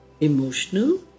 Emotional